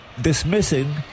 dismissing